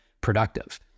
productive